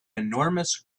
enormous